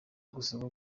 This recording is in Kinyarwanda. gusaba